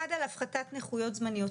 אחד, על הפחתת נכויות זמניות.